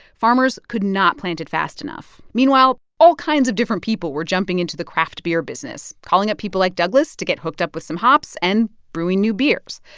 farmers could not plant it fast enough. meanwhile, all kinds of different people were jumping into the craft beer business, calling up people like douglas to get hooked up with some hops and brewing new beers.